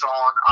on